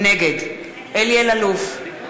נגד אלי אלאלוף,